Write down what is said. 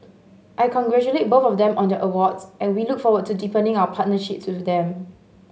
I congratulate both of them on their awards and we look forward to deepening our partnerships with them